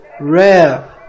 rare